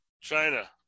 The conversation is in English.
China